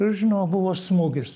ir žinok buvo smūgis